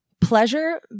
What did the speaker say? Pleasure